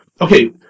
Okay